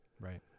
Right